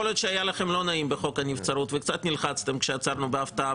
יכול להיות שהיה לכם לא נעים בחוק הנבצרות וקצת נלחצתם כשעצרנו בהפתעה,